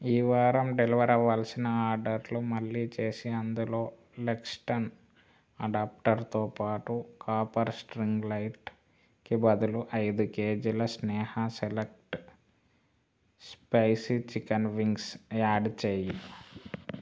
ఈ వారం డెలివర్ అవ్వాల్సిన ఆర్డర్లు మళ్ళీ చేసి అందులో లెక్స్టన్ అడాప్టర్తో పాటు కాపర్ స్ట్రింగ్ లైట్కి బదులు ఐదు కేజీల Sneha select spicy chicken wings add చేయి